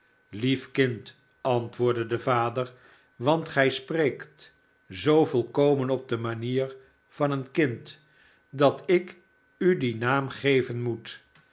lief kind antwoordde de vader swant gij spreekt zoo volkomen op de manier van een kind dat ik u dien naam geven moet